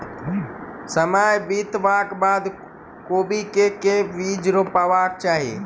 समय बितबाक बाद कोबी केँ के बीज रोपबाक चाहि?